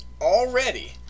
already